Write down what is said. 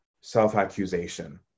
self-accusation